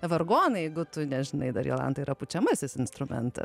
vargonai jeigu tu nežinai dar jolanta yra pučiamasis instrumentas